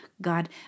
God